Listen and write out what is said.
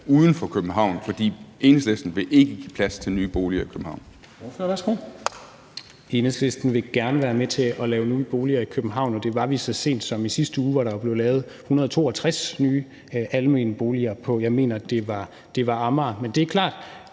uden for København, for Enhedslisten vil ikke give plads til nye boliger i København?